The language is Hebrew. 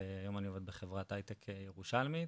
והיום אני עובד בחברת הייטק ירושלמית,